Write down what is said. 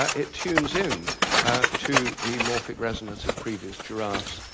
ah it tunes in to the morphic resonance of previous giraffes.